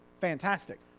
Fantastic